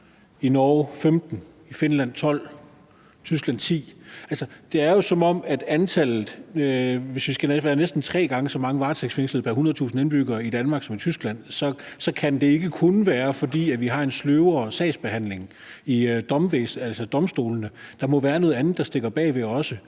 i Norge 15, i Finland 12 og i Tyskland 10. Altså, der er næsten tre gange så mange varetægtsfængslede pr. 100.000 indbyggere i Danmark som i Tyskland, og så kan det ikke kun være, fordi vi har en sløvere sagsbehandling ved domstolene, men der må også være noget andet, der ligger bag.